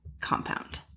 compound